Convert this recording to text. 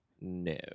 No